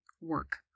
work